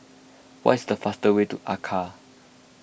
what is the fast way to Accra